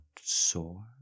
sore